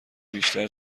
بیشتر